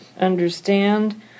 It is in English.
understand